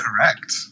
correct